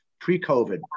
pre-COVID